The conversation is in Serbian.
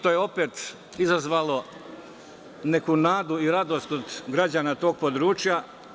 To je opet izazvalo neku nadu i radost kod građana tog područja.